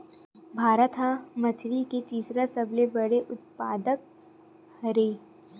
भारत हा मछरी के तीसरा सबले बड़े उत्पादक हरे